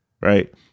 right